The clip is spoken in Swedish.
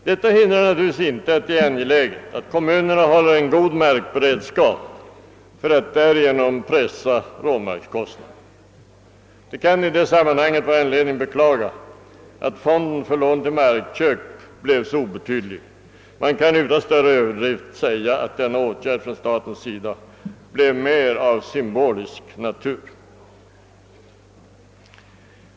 Detta hindrar naturligtvis inte att det är angeläget att kommunerna håller en god markberedskap för att därigenom pressa råmarkskostnaden. Det kan i detta sammanhang vara anledning att beklaga att fonden för lån till markköp blev så obetydlig. Man kan utan större överdrift säga att denna åtgärd från statens sida snarast blev av symbolisk natur.